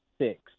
six